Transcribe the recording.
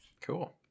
Cool